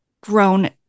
grown